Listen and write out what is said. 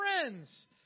friends